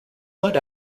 not